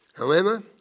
however,